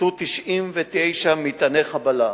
נתפסו 99 מטעני חבלה,